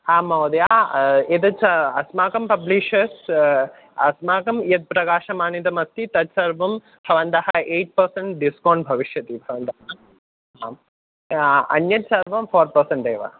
आम् महोदय एतच्च अस्माकं पब्लिशर्स् अस्माकं यद् प्रकाशमानितमस्ति तद् सर्वं भवन्तः ऐट् पर्सेण्ट् डिस्कौण्ट् भविष्यति भवन्तः आम् अन्यत्सर्वं फ़ोर् पर्सेण्ट् एव